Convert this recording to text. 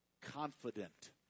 confident